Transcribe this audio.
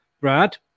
Brad